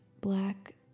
black